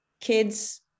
kids